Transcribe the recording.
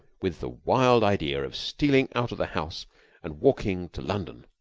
with the wild idea of stealing out of the house and walking to london,